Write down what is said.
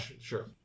Sure